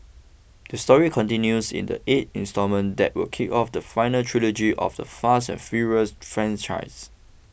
the story continues in the eight instalment that will kick off the final trilogy of the Fast and Furious franchise